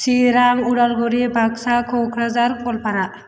Chirang Udalguri Baksa Kokrajhar Goalpara